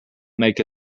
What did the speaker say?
make